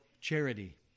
charity